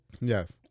Yes